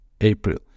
April